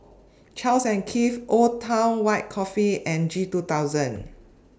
Charles and Keith Old Town White Coffee and G two thousand